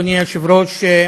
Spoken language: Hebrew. אדוני היושב-ראש,